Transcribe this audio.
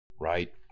Right